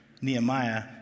Nehemiah